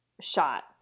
shot